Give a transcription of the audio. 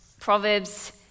Proverbs